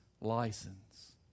license